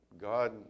God